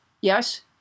yes